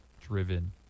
driven